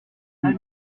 eut